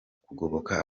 kugoboka